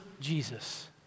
Jesus